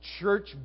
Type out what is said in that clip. church